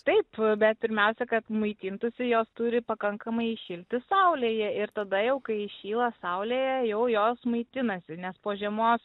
taip bet pirmiausia kad maitintųsi jos turi pakankamai įšilti saulėje ir tada jau kai įšyla saulėje jau jos maitinasi nes po žiemos